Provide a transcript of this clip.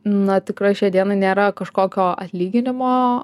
na tikrai šiandien nėra kažkokio atlyginimo